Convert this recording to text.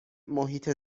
محیط